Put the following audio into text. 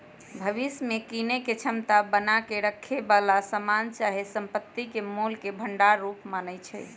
भविष्य में कीनेके क्षमता बना क रखेए बला समान चाहे संपत्ति के मोल के भंडार रूप मानइ छै